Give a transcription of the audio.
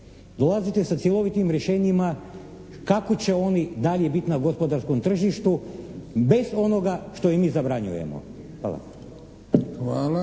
dolazite sa cjelovitim rješenjima kako će oni dalje biti na gospodarskom tržištu bez onoga što im mi zabranjujemo. Hvala.